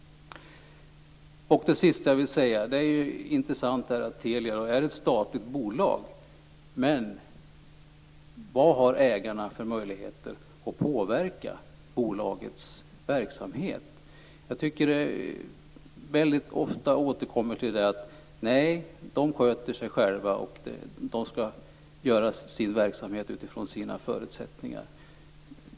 Det är intressant att Telia är ett statligt bolag. Men vad har ägarna för möjligheter att påverka bolagets verksamhet? Jag tycker att vi ofta återkommer till att man skall sköta sig själv och att man skall driva sin verksamhet utifrån sina förutsättningar.